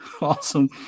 awesome